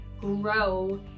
grow